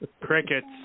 Crickets